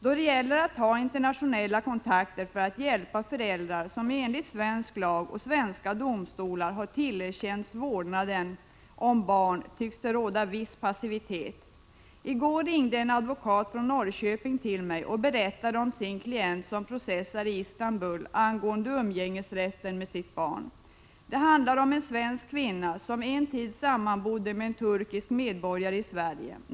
Då det gäller att ta internationella kontakter för att hjälpa föräldrar som enligt svensk lag och genom svenska domar har tillerkänts vårdnaden om barn tycks det råda viss passivitet. I går ringde en advokat från Norrköping till mig och berättade om sin klient, som processar i Istanbul angående umgängesrätten med sitt barn. Det handlar om en svensk kvinna, som under en tid sammanbodde med en turkisk medborgare i Sverige.